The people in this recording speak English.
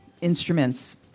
instruments